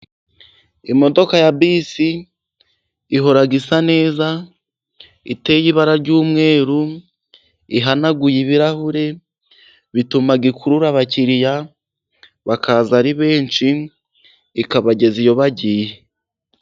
Imodoka ya bisi ihora isa neza, iteye ibara ry'umweru. ihanaguye ibirahuri, bituma ikurura abakiriya bakaza ari benshi, ikabageza iyo bagiye.